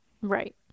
Right